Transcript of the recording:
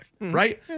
right